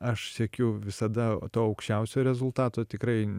aš siekiu visada to aukščiausio rezultato tikrai